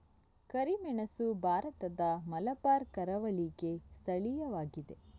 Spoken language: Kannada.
ಕರಿಮೆಣಸು ಭಾರತದ ಮಲಬಾರ್ ಕರಾವಳಿಗೆ ಸ್ಥಳೀಯವಾಗಿದೆ